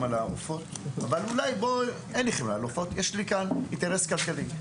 העופות אבל אולי אין לי חמלה על עופות ויש לי כאן אינטרס כלכלי.